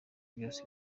byose